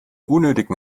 unnötigen